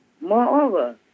moreover